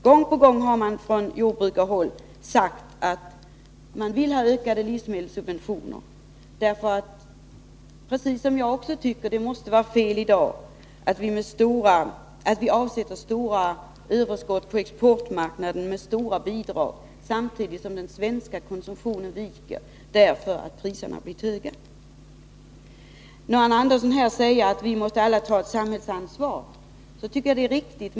Gång på gång har man från jordbrukarhåll sagt att man vill ha ökade livsmedelssubventioner, därför att det — precis som jag också tycker — måste vara fel att vi i dag avsätter stora överskott på världsmarknaden med hjälp av stora bidrag, samtidigt som den svenska konsumtionen viker därför att priserna blivit höga. Arne Andersson säger att vi alla måste ta ett samhällsansvar. Det tycker jag är riktigt.